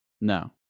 No